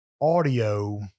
audio